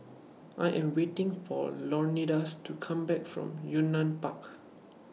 I Am waiting For Leonidas to Come Back from Yunnan Park